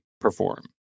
perform